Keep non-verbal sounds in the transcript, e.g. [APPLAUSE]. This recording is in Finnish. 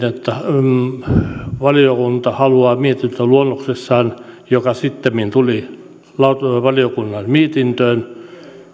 [UNINTELLIGIBLE] että valiokunta haluaa mietintöluonnoksessaan joka sittemmin tuli valiokunnan mietintöön